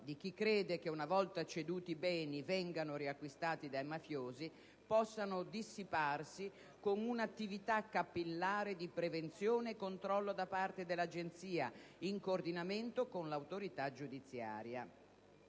di chi crede che, una volta ceduti, i beni vengano riacquistati dai mafiosi possano dissiparsi con una attività capillare di prevenzione e controllo da parte dell'Agenzia, in coordinamento con l'autorità giudiziaria.